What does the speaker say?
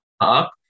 up